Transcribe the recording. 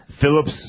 Phillips